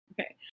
Okay